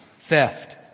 theft